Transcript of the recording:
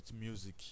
music